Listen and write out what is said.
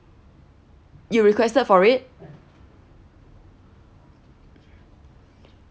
you requested for it